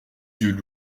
yeux